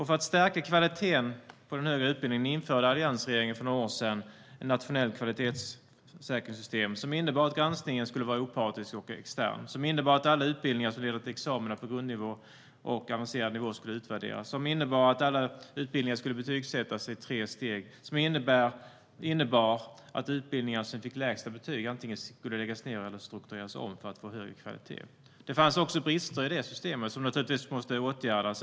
För att stärka kvaliteten på den högre utbildningen införde alliansregeringen för några år sedan ett nationellt kvalitetssäkringssystem som innebar att granskningen skulle vara opartisk och extern, att alla utbildningar som leder till examina på grundnivå och avancerad nivå skulle utvärderas, att alla utbildningar skulle betygsättas i tre steg och att utbildningar som får lägsta betyg antingen skulle läggas ned eller struktureras om för att få högre kvalitet. Det fanns brister i systemet som naturligtvis måste åtgärdas.